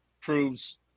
proves